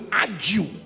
argue